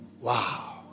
Wow